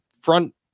front